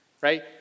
Right